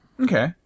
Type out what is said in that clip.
Okay